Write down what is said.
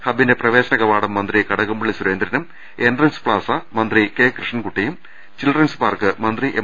ഹബ്ബിന്റെ പ്രവേശന കവാടം മന്ത്രി കടകംപള്ളി സുരേന്ദ്രനും എൻട്രൻസ് പ്ലാസ മന്ത്രി കെ കൃഷ്ണൻകുട്ടിയും ചിൽഡ്രൻസ് പാർക്ക് മന്ത്രി എം